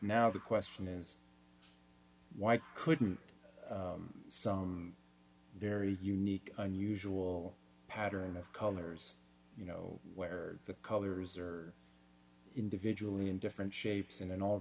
now the question is why couldn't some very unique unusual pattern of colors you know where the colors are individually in different shapes and in all